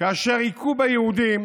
כאשר הכו ביהודים